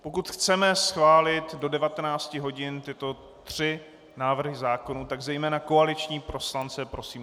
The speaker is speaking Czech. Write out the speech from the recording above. Pokud chceme schválit do 19 hodin tyto tři návrhy zákonů, tak zejména koaliční poslance prosím o disciplínu.